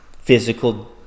physical